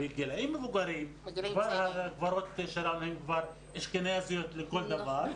בגילאים צעירים הגברות שלנו הן כבר אשכנזיות לכל דבר.